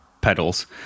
pedals